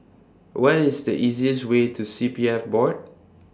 What IS The easiest Way to C P F Board